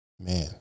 Man